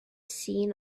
seen